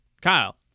kyle